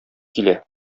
килә